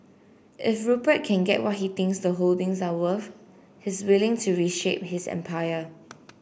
if Rupert can get what he thinks the holdings are worth he's willing to reshape his empire